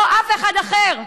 לא אף אחד אחר.